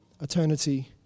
eternity